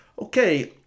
Okay